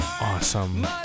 Awesome